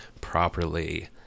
properly